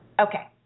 Okay